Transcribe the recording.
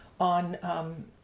on